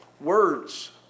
Words